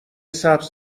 سبز